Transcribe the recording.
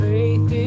Faith